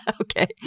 Okay